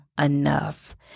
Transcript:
enough